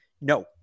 No